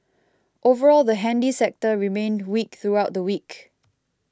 overall the handy sector remained weak throughout the week